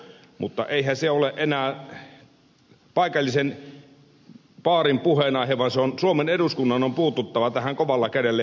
mutta eihän se ole enää paikallisen baarin puheenaihe vaan suomen eduskunnan on puututtava tähän kovalla kädellä